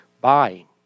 Buying